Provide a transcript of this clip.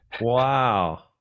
wow